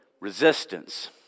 resistance